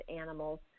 animals